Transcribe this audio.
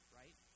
right